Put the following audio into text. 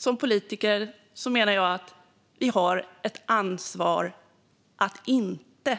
Som politiker menar jag att vi har ett ansvar att inte